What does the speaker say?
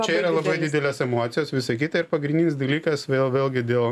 čia yra labai didelės emocijos visa kita ir pagrindinis dalykas vėl vėlgi dėl